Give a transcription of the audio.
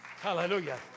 Hallelujah